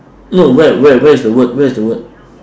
no where where where is the word where is the word